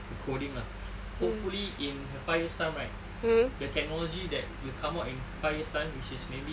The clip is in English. the coding lah hopefully in a five years' time right the technology that will come out in five years' time which is maybe